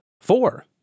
Four